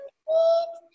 sweet